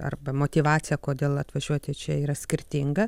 arba motyvacija kodėl atvažiuoti čia yra skirtinga